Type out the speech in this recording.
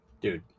dude